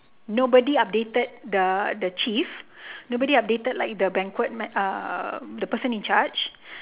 nobody updated the the chief nobody updated like the banquet uh the person in charge